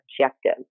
objective